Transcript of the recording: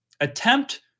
Attempt